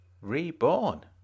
Reborn